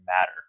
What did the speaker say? matter